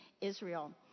Israel